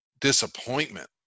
disappointment